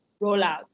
rollout